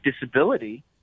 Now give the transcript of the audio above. disability